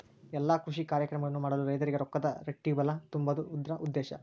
ಎಲ್ಲಾ ಕೃಷಿ ಕಾರ್ಯಕ್ರಮಗಳನ್ನು ಮಾಡಲು ರೈತರಿಗೆ ರೊಕ್ಕದ ರಟ್ಟಿಬಲಾ ತುಂಬುದು ಇದ್ರ ಉದ್ದೇಶ